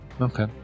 Okay